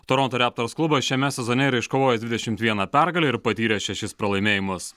toronto raptors klubas šiame sezone yra iškovojęs dvidešimt vieną pergalę ir patyręs šešis pralaimėjimus